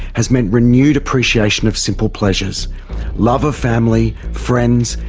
has meant renewed appreciation of simple pleasures love of family, friends,